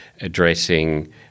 addressing